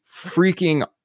freaking